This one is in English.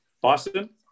Boston